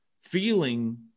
feeling